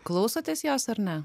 klausotės jos ar ne